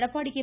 Edappadi K